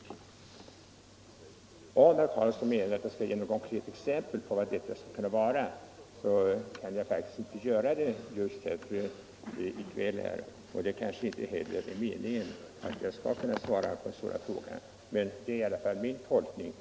Om herr Carlsson i Vikmanshyttan menar att jag skall ge något konkret exempel på det, så kan jag inte göra det i kväll, men jag har i alla fall angett min tolkning.